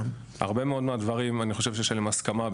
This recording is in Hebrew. על הרבה מאוד מהדברים אני חושב שיש עליהם הסכמה.